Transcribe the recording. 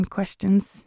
Questions